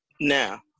Now